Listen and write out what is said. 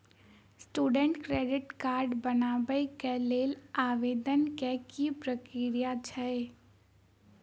Student credit card बनेबाक लेल आवेदन केँ की प्रक्रिया छै?